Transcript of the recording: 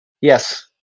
Yes